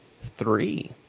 Three